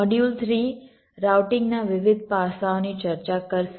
module 3 routing ના વિવિધ પાસાઓની ચર્ચા કરશે